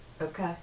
Okay